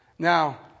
Now